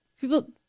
people